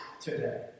today